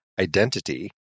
Identity